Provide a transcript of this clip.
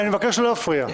אני מבקש לא להפריע.